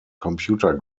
computer